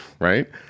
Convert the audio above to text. right